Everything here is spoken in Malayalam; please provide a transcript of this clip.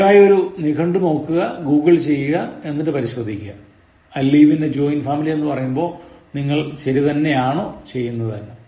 ദയവായി ഒരു നിഘണ്ടുവിൽ നോക്കുക ഗൂഗിൾ ചെയ്യുക എന്നിട്ട് പരിശോധിക്കുക I live in a joint family എന്നു പറയുമ്പോൾ നിങ്ങൾ ശരി തന്നെയാണോ ചെയ്യുന്നത് എന്ന്